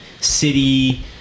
city